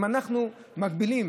אם אנחנו מגבילים